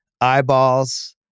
eyeballs